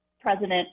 president